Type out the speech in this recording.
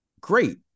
great